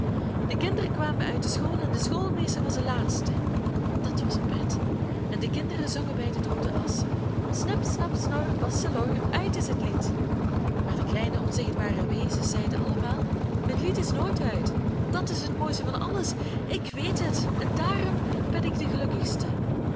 de kinderen kwamen uit de school en de schoolmeester was de laatste dat was een pret en de kinderen zongen bij de doode asch snip snap snor basselor uit is het lied maar de kleine onzichtbare wezens zeiden allemaal het lied is nooit uit dat is het mooiste van alles ik weet het en daarom ben ik de gelukkigste